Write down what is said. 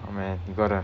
oh man got to